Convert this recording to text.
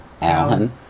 Alan